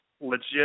legit